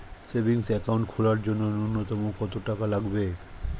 Savings account খোলার জন্য নূন্যতম কত টাকা লাগবে?